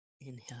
Inhale